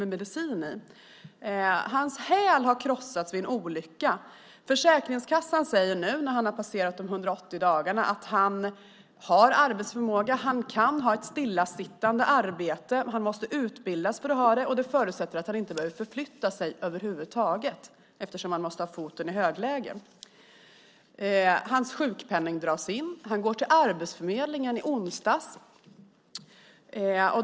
Dessutom har hans häl krossats vid en olycka. Försäkringskassan säger, när han nu har passerat de 180 dagarna, att han har arbetsförmåga. Han kan ha ett stillasittande arbete om han utbildas för det och under förutsättning att han inte behöver förflytta sig över huvud taget eftersom han måste ha foten i högläge. Hans sjukpenning dras in. Torbjörn går till Arbetsförmedlingen.